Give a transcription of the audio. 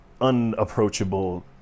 unapproachable